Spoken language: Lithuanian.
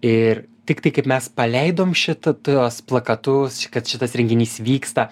ir tiktai kaip mes paleidom šitą tuos plakatus kad šitas renginys vyksta